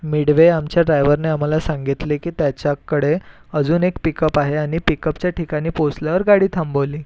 mid way आमच्या ड्रायव्हरने आम्हाला सांगितले की त्याच्याकडे अजून एक पिकअप आहे आणि पिकअपच्या ठिकाणी पोहचल्यावर गाडी थांबवली